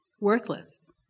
Worthless